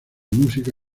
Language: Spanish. música